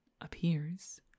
appears